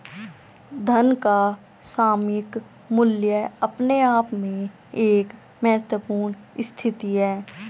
धन का सामयिक मूल्य अपने आप में एक महत्वपूर्ण स्थिति है